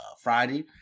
Friday